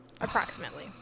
Approximately